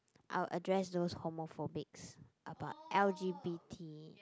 I'll address those homophobics about L_G_B_T